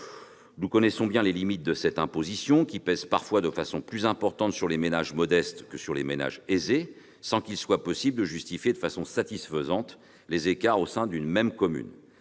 Nous connaissons bien les limites de cette imposition, qui pèse parfois davantage sur les ménages modestes que sur les ménages aisés, sans qu'il soit possible de justifier de manière satisfaisante les écarts au sein d'une même commune.